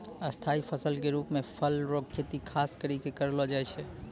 स्थाई फसल के रुप मे फल रो खेती खास करि कै करलो जाय छै